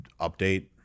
update